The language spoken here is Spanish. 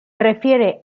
refiere